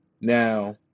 Now